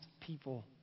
people